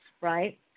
right